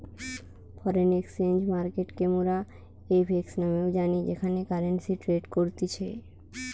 foreign exchange মার্কেটকে মোরা F X নামেও জানি যেখানে কারেন্সি ট্রেড করতিছে